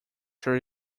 sure